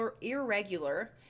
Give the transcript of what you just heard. irregular